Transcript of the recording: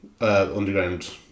underground